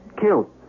killed